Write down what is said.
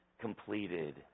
completed